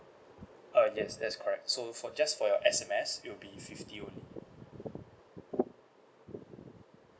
uh yes that's correct so for just for your S_M_S it'll be fifty only